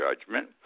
judgment